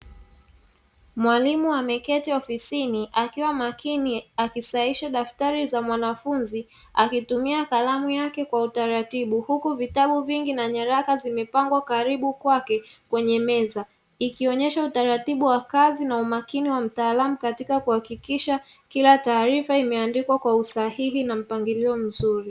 Mwalimu ameketi ofisini akiwa makini akisahisha daftari za mwanafunzi akitumia kalamu yake kwa utaratibu, huku vitabu vingi na nyaraka zimepangwa karibu kwake kwenye meza; ikionyesha utaratibu wa kazi na umakini wa mtaalamu katika kuhakikisha kila taarifa imeandikwa kwa usahihi na mpangilio mzuri.